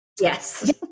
Yes